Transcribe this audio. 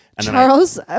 Charles